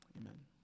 Amen